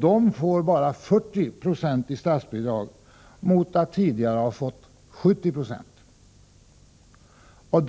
De får bara 40 90 i statsbidrag efter att tidigare ha fått 70 20.